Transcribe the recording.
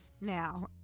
Now